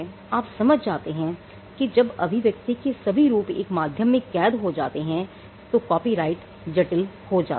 आप समझ जाते हैं कि जब अभिव्यक्ति के सभी रूप एक माध्यम में कैद हो सकते हैं तो कॉपीराइट जटिल हो जाता है